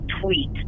tweet